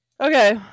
Okay